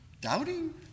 Doubting